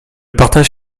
partage